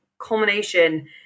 culmination